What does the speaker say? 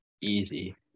Easy